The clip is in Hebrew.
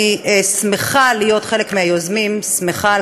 אני שמחה להיות חלק מהיוזמים ושמחה על